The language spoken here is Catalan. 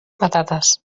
patates